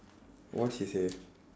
what she say